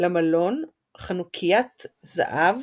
למלון חנוכיית זהב,